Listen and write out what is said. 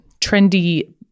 trendy